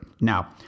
Now